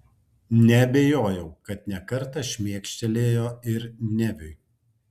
neabejojau kad ne kartą šmėkštelėjo ir neviui